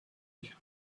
and